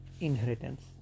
inheritance